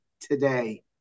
today